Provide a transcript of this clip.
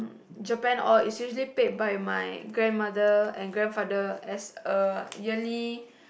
Japan all is usually paid by grandmother and grandfather as a yearly